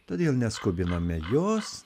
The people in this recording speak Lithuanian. todėl neskubinome jos